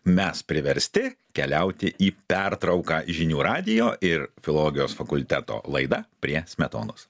mes priversti keliauti į pertrauką žinių radijo ir filologijos fakulteto laida prie smetonos